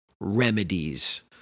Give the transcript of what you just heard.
remedies